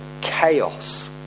chaos